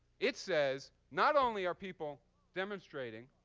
it says, not only are people demonstrating,